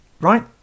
Right